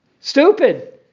stupid